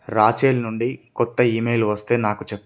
Rachel నుండి కొత్త email వస్తే నాకు చెప్పు